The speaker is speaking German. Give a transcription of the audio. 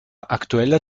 aktueller